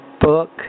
book